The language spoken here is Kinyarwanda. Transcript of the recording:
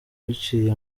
biciye